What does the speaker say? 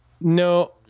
No